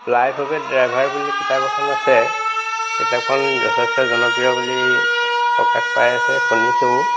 life of a driver বুলি কিতাপ এখন আছে কিতাপখন যথেষ্ট জনপ্ৰিয় বুলি প্ৰকাশ পাই আছে শুনিছোঁও